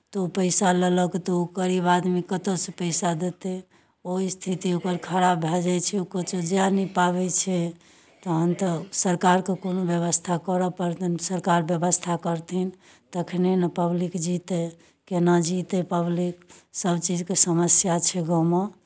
तऽ ओ पैसा लेलक तऽ ओ गरीब आदमी कतयसँ पैसा देतै ओ स्थिति ओकर खराब भए जाइ ओ किछो जाए नहि पाबै छै तहन तऽ सरकारकेँ कोनो व्यवस्था करय पड़तनि सरकार व्यवस्था करथिन तखने ने पब्लिक जीतै केना जीतै पब्लिक सभचीजके समस्या छै गाँवमे